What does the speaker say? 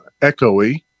echoey